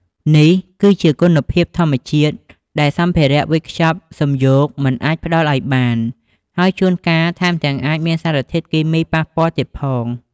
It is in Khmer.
នេះគឺជា គុណភាពធម្មជាតិ ដែលសម្ភារៈវេចខ្ចប់សំយោគមិនអាចផ្តល់ឱ្យបាន ហើយជួនកាលថែមទាំងអាចមានសារធាតុគីមីប៉ះពាល់ទៀតផង។